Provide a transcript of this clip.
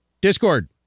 Discord